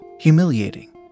Humiliating